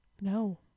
No